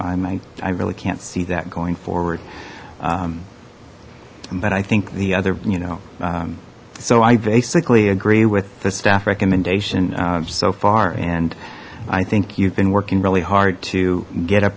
i'm i really can't see that going forward but i think the other you know so i basically agree with the staff recommendation so far and i think you've been working really hard to get a